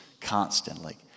constantly